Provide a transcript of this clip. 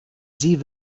sie